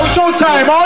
Showtime